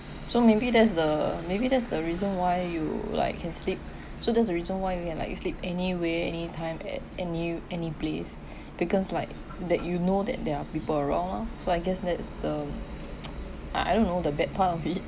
so maybe that's the maybe that's the reason why you like can sleep so that's the reason why you can like sleep anywhere anytime at any any place because like that you know that there are people around lah so I guess that's the I I don't know the bad part of it